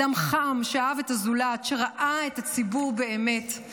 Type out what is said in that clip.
אדם חם שאהב את הזולת, שראה את הציבור באמת.